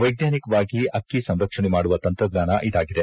ವೈಜ್ಞಾನಿಕವಾಗಿ ಅಕ್ಕಿ ಸಂರಕ್ಷಣೆ ಮಾಡುವ ತಂತ್ರಜ್ಞಾನ ಇದಾಗಿದೆ